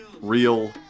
real